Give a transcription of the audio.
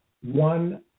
one